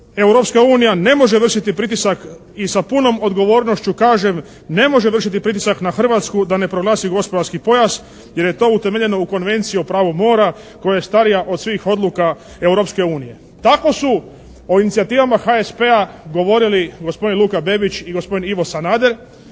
"Europska unija ne može vršiti pritisak i sa punom odgovornošću kažem ne može vršiti pritisak na Hrvatsku da ne proglasi gospodarski pojas jer je to utemeljeno u Konvenciji o pravu mora koja je starija od svih odluka Europske unije.". Tako su o inicijativama HSP-a govorili gospodin Luka Bebić i gospodin Ivo Sanader